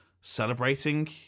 celebrating